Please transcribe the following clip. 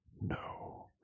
No